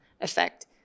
effect